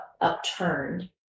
upturned